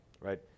right